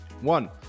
One